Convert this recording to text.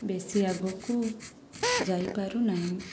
ବେଶି ଆଗକୁ ଯାଇପାରୁ ନାହିଁ